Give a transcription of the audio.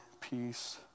peace